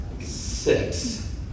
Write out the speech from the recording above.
six